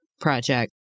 project